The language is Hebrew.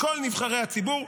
מכל נבחרי הציבור.